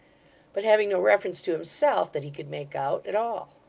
but having no reference to himself that he could make out at all.